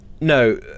No